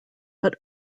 but